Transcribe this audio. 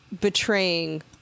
betraying